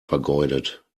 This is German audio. vergeudet